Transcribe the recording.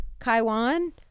Kaiwan